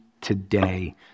today